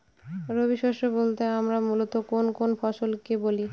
রবি শস্য বলতে আমরা মূলত কোন কোন ফসল কে বলি?